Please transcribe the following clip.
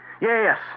Yes